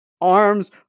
arms